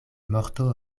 morto